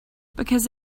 because